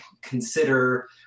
consider